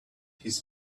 his